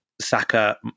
Saka –